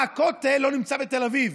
למה הכותל לא נמצא בתל אביב.